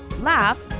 laugh